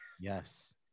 Yes